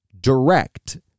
direct